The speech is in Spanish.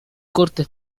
cortes